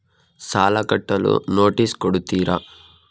ಸಾಲ ಕಟ್ಟಲು ನೋಟಿಸ್ ಕೊಡುತ್ತೀರ?